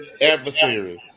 adversaries